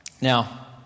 Now